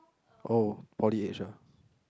oh poly age ah